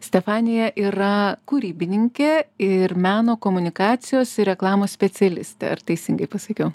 stefanija yra kūrybininkė ir meno komunikacijos ir reklamos specialistė ar teisingai pasakiau